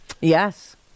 Yes